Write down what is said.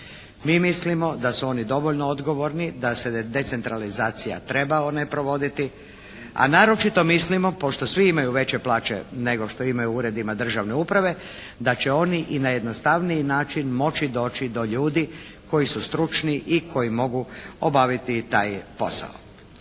Mi mislimo da su oni dovoljno odgovorni da se decentralizacija treba ne provoditi, a naročito mislimo šošto svi imaju veće plaće nego što imaju u Uredima državne uprave da će oni i na jednostavniji način moći doći do ljudi koji su stručni i koji mogu obaviti i taj posao.